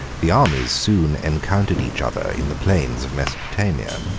the armies soon encountered each other in the plains of mesopotamia,